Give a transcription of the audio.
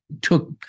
took